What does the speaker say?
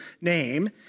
name